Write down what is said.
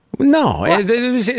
No